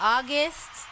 August